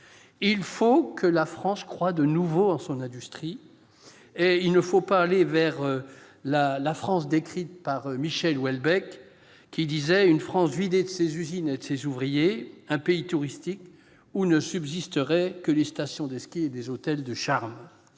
Il faut que la France croie de nouveau en son industrie, pour ne pas aller vers le modèle décrit par Michel Houellebecq d'une France vidée de ses usines et ses ouvriers, d'un pays touristique où ne subsisteraient que des stations de ski et des hôtels de charme.